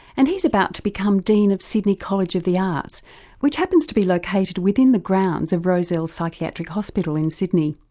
and he's about to become dean of sydney college of the arts which happens to be located within the grounds of rozelle psychiatric hospital in sydney.